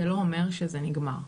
זה לא אומר שזה נגמר.